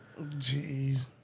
Jeez